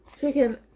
chicken